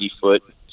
foot